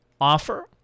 offer